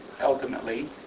ultimately